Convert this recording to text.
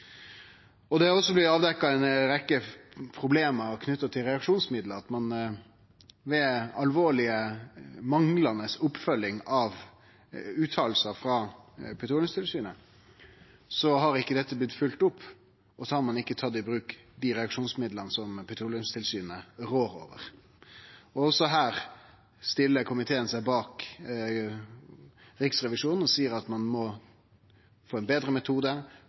metodar. Det er også blitt avdekt ei rekkje problem knytt til reaksjonsmiddel, at ein ved alvorleg manglande oppfølging av utsegner frå Petroleumstilsynet ikkje har følgt dette opp. Ein har ikkje tatt i bruk dei reaksjonsmidla som Petroleumstilsynet rår over. Også her stiller komiteen seg bak Riksrevisjonen og seier at ein må få ein betre metode,